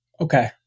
Okay